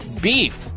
beef